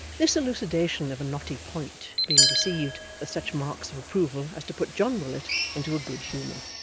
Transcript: this elucidation of a knotty point being received with such marks of approval as to put john willet into a good humour,